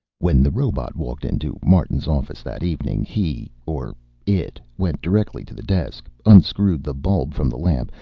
when the robot walked into martin's office that evening, he, or it, went directly to the desk, unscrewed the bulb from the lamp,